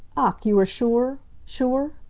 ach, you are sure sure?